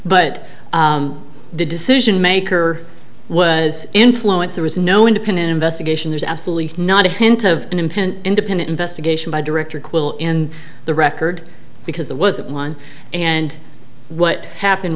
but the decision maker was influence there was no independent investigation there's absolutely not a hint of an impending independent investigation by director quill in the record because there wasn't one and what happened